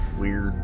weird